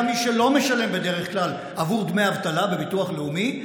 גם מי שלא משלם בדרך כלל עבור דמי אבטלה בביטוח לאומי,